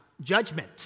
judgment